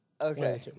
Okay